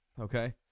Okay